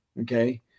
Okay